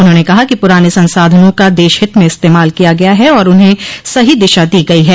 उन्होंने कहा कि पुराने संसाधनों का देशहित में इस्तेमाल किया गया है और उन्हें सही दिशा दी गई है